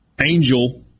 angel